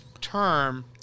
term